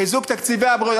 חיזוק תקציבי הבריאות,